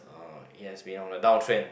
uh yes we're on the downtrend